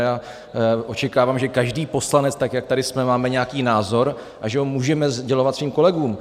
A očekávám, že každý poslanec, tak jak tady jsme, máme nějaký názor a že ho můžeme sdělovat svým kolegům.